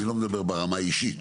אני לא מדבר ברמה האישית,